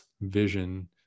vision